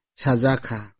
sazaka